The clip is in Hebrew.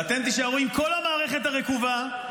ואתם תישארו עם כל המערכת הרקובה,